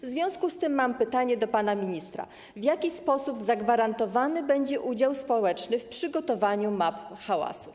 W związku z tym mam pytanie do pana ministra: W jaki sposób zagwarantowany będzie udział społeczny w przygotowaniu map hałasu?